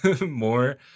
more